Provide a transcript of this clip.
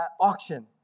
auction